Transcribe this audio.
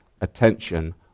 attention